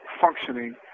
functioning